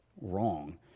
wrong